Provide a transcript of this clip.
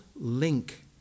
link